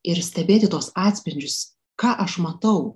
ir stebėti tuos atspindžius ką aš matau